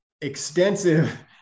extensive